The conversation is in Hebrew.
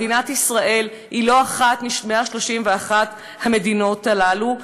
מדינת ישראל היא לא אחת מ-131 המדינות הללו,